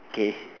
okay